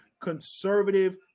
conservative